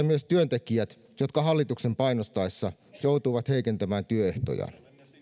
myös työntekijät jotka hallituksen painostaessa joutuivat heikentämään työehtojaan